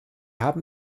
haben